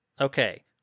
Okay